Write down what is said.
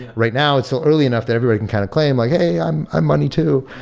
right now, it's still early enough that everybody can kind of claim, like hey, i'm i money too.